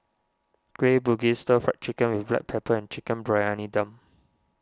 Kueh Bugis Stir Fried Chicken with Black Pepper and Chicken Briyani Dum